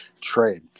trade